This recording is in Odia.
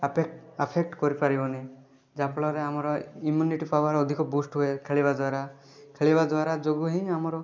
ଆଫେକ୍ଟ ଆଫେକ୍ଟ କରିପାରିବନି ଯାହାଫଳରେ ଆମର ଇମ୍ୟୁନିଟି ପାୱାର୍ ଅଧିକ ବୁଷ୍ଟ ହୁଏ ଖେଳିବା ଦ୍ଵାରା ଖେଳିବା ଦ୍ଵାରା ଯୋଗୁଁ ହିଁ ଆମର